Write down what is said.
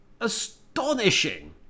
astonishing